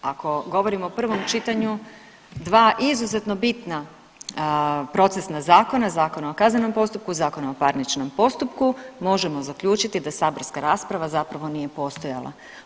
Ako govorimo o prvom čitanju dva izuzetno bitna procesna zakona, Zakona o kaznenom postupku i Zakona o parničnom postupku možemo zaključiti da saborska rasprava zapravo nije postojala.